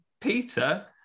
Peter